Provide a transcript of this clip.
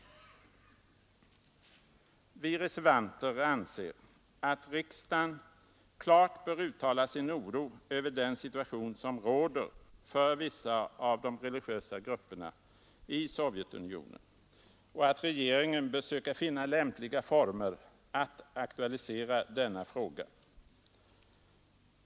Vi reservanter anser att riksdagen klart bör uttala sin oro över den situation som råder för vissa av de religiösa grupperna i Sovjetunionen och att regeringen bör söka finna lämpliga former att aktualisera denna fråga.